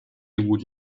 would